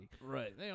Right